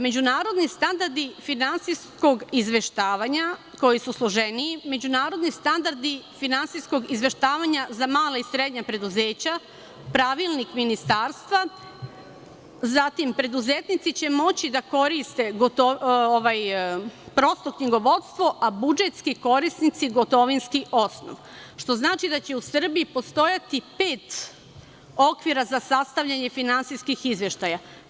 Međunarodni standardi finansijskog izveštavanja, koji su složeniji, međunarodni standardi finansijskog izveštavanja za mala i srednja preduzeća, pravilnik ministarstva, zatim, preduzetnici će moći da koriste prosto knjigovodstvo, a budžetski korisnici gotovinski osnov, što znači da će u Srbiji postojati pet okvira za sastavljanje finansijskih izveštaja.